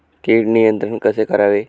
कीड नियंत्रण कसे करावे?